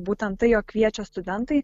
būtent tai jog kviečia studentai